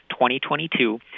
2022